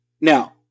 Now